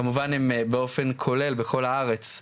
כמובן הם באופן כולל בכל הארץ,